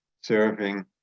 serving